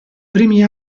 primi